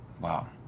Wow